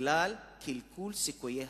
בגלל קלקול סיכויי הרווח.